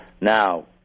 Now